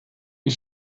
wie